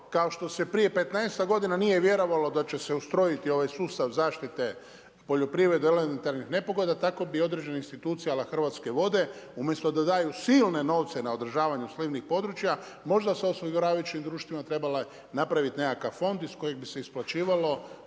kao što se prije 15-ak godina nije vjerovalo da će se ustrojiti ovaj sustav zaštite poljoprivrede elementarnih nepogoda tako bi određene institucije a la Hrvatske vode umjesto da daju silne novce na održavanju slivnih područja možda sa osiguravajućim društvima trebale napraviti nekakav fond iz kojeg bi se isplaćivalo